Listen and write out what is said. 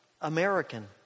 American